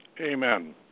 Amen